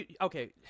okay